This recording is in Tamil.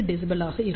1 dB